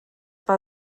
war